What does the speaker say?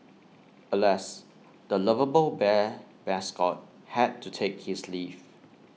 alas the lovable bear mascot had to take his leave